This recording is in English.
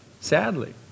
sadly